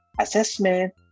assessment